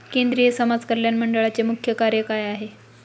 केंद्रिय समाज कल्याण मंडळाचे मुख्य कार्य काय आहे?